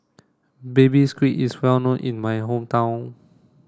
baby squid is well known in my hometown